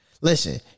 Listen